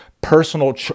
personal